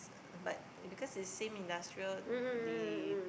but because it's same industrial they